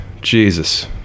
jesus